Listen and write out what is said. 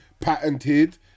patented